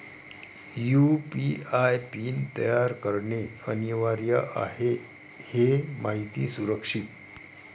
UPI PIN तयार करणे अनिवार्य आहे हे माहिती सुरक्षित